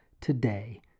today